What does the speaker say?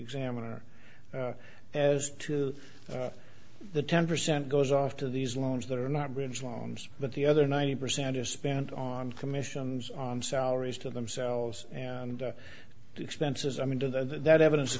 examiner as to the ten percent goes off to these loans that are not bridge loans but the other ninety percent are spent on commissions on salaries to themselves and to expenses i mean to that that evidence